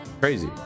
Crazy